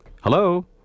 Hello